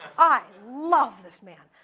i love this man.